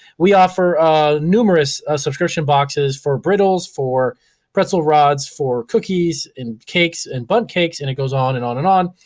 we offer numerous subscription boxes for brittles, for pretzel rods, for cookies, and cakes, and bunt cakes, and it goes on, and on, and on.